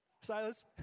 Silas